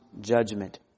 judgment